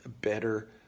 better